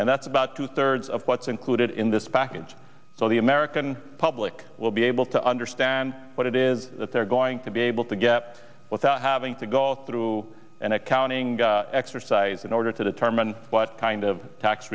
and that's about two thirds of what's included in this package so the american public will be able to understand what it is that they're going to be able to get without having to go through an accounting exercise in order to determine what kind of tax